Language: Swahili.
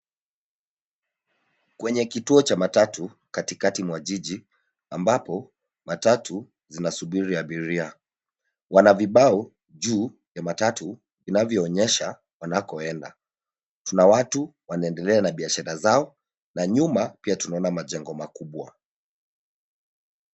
Kwenye kituo cha matatu katikati mwa jiji ambapo matatu zinasubiri abiria. Wana vibao juu ya matatu vinavyoonyesha wanakoenda. Kuna watu wanaendelea na biashara zao na nyuma pia tunaona majengo makubwa.